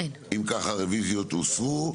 0 אם כך הרוויזיות הוסרו.